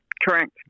Correct